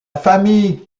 famille